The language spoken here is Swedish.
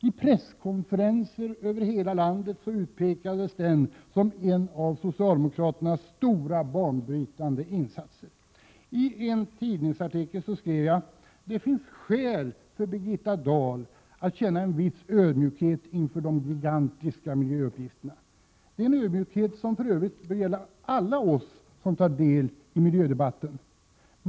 I presskonferenser över hela landet utpekades den som en av socialdemokraternas stora banbrytande insatser. I en tidningsartikel skrev jag: ”Det finns skäl för Birgitta Dahl att känna en viss ödmjukhet inför de gigantiska miljöuppgifterna.” Det är en ödmjukhet som för övrigt bör gälla alla oss som tar del i miljödebatten.